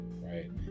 right